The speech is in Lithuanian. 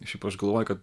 šiaip aš galvoju kad